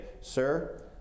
Sir